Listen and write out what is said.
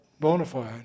Bonafide